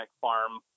farm